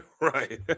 Right